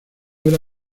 era